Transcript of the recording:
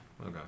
Okay